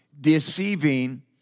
deceiving